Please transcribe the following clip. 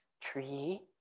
tree